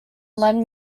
lend